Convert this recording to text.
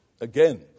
Again